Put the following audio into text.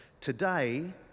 today